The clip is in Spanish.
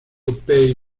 pay